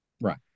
right